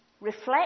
reflect